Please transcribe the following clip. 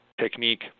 technique